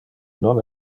non